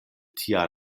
tia